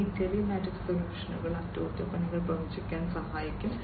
ഈ ടെലിമാറ്റിക്സ് സൊല്യൂഷനുകൾ അറ്റകുറ്റപ്പണികൾ പ്രവചിക്കാൻ സഹായിക്കും